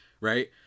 Right